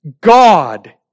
God